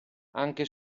anche